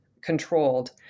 controlled